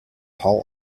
hall